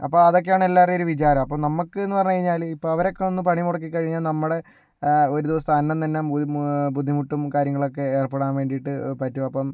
അപ്പോൾ അതൊക്കെയാണ് എല്ലാവരെയും ഒരു വിചാരം അപ്പോൾ നമുക്ക് എന്ന് പറഞ്ഞു കഴിഞ്ഞാല് ഇപ്പോൾ അവരൊക്കെ ഒന്ന് പണിമുടക്കി കഴിഞ്ഞാൽ നമ്മുടെ ഒരു ദിവസത്തെ അന്നം തന്നെ ബുദ്ധിമുട്ടും കാര്യങ്ങളൊക്കെ ഏർപ്പെടാൻ വേണ്ടിയിട്ട് പറ്റും അപ്പം